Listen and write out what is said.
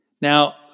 Now